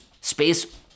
space